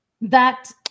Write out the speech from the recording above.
that-